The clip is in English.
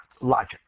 logic